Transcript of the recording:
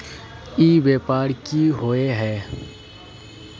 ई व्यापार की होय है?